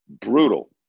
brutal